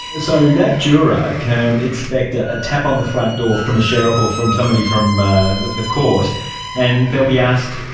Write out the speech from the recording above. so that juror can expect ah a tap on the front door from a sheriff or from somebody from ah the the court and they will be asked,